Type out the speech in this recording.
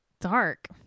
Dark